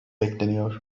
bekleniyor